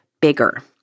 bigger